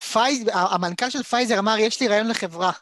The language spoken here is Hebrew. פייזר, המנכל של פייזר אמר, יש לי רעיון לחברה.